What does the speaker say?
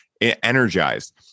energized